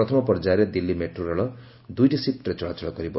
ପ୍ରଥମ ପର୍ଯ୍ୟାୟରେ ଦିଲ୍ଲୀ ମେଟ୍ରୋ ରେଳ ଦୁଇଟି ସିଫୁରେ ଚଳାଚଳ କରିବ